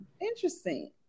Interesting